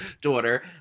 daughter